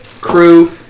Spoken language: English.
Crew